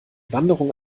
wanderung